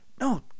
no